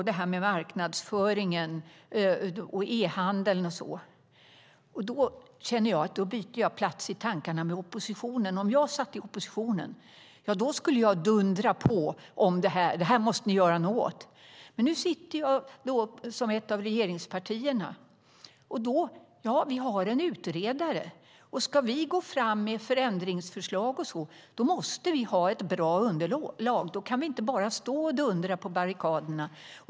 I fråga om marknadsföring, e-handel och dylikt känner jag att jag byter plats i tankarna med oppositionen. Om jag satt i oppositionen skulle jag dundra på och säga: Det här måste ni göra någonting åt. Men nu sitter jag i ett av regeringspartierna, och vi har en utredare. Ska vi gå fram med förändringsförslag måste vi ha ett bra underlag, och då kan vi inte bara stå och dundra på barrikaderna.